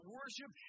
worship